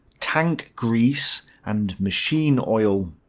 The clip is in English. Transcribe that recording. tank grease and machine oil.